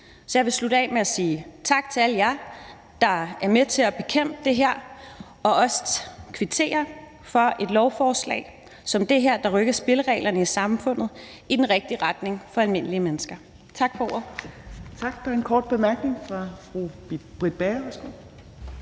Så jeg vil slutte af med at sige tak til alle jer, der er med til at bekæmpe det her. Og jeg vil også kvittere for et lovforslag som det her, der rykker spillereglerne i samfundet i den rigtige retning for almindelige mennesker. Tak for ordet. Kl. 18:35 Tredje næstformand